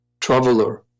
Traveler